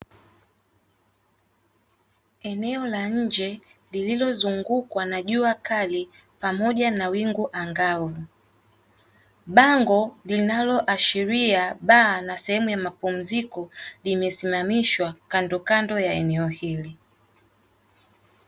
Eneo la nje lililo zungukwa na jua kali pamoja na wingu angavu, bango linaashiria ba la sehemu ya mapumziko, limesimamishwa kandoka ndo ya eneo hili.